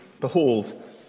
Behold